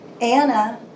Anna